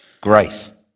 Grace